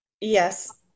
Yes